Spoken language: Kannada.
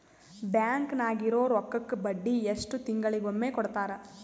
ಬ್ಯಾಂಕ್ ನಾಗಿರೋ ರೊಕ್ಕಕ್ಕ ಬಡ್ಡಿ ಎಷ್ಟು ತಿಂಗಳಿಗೊಮ್ಮೆ ಕೊಡ್ತಾರ?